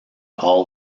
all